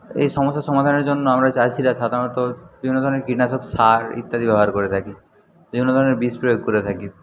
এই সমস্ত সমাধানের জন্য আমরা চাষিরা সাধারণত বিভিন্ন ধরনের কীটনাশক সার ইত্যাদি ব্যবহার করে থাকি বিভিন্ন ধরনের বিষ প্রয়োগ করে থাকি